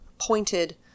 pointed